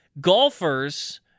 golfers